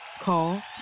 Call